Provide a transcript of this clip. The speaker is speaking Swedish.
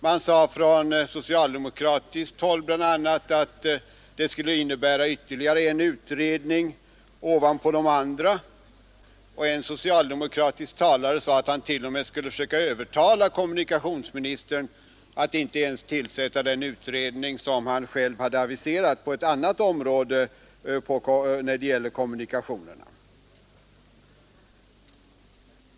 Man sade från socialdemokratiskt håll bl.a. att det skulle innebära ytterligare en utredning ovanpå de andra. En socialdemokratisk talare sade att han t.o.m. skulle försöka övertala kommunikationsministern att inte ens tillsätta den utredning som denne själv hade aviserat på ett annat avsnitt av kommunikationsområdet.